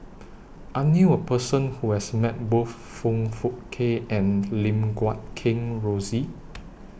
I knew A Person Who has Met Both Foong Fook Kay and Lim Guat Kheng Rosie